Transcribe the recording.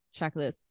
checklist